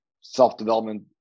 self-development